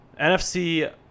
NFC